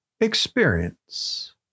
experience